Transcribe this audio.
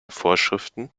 vorschriften